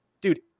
Dude